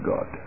God